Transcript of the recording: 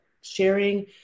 sharing